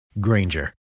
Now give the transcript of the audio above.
Granger